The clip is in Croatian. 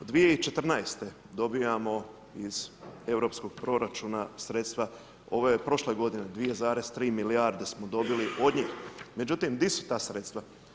U 2014. dobivamo iz europskog proračuna sredstva, ovo je od prošle godine 2,3 milijarde smo dobili do njih, međutim di su ta sredstva?